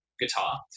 guitar